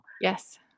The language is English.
Yes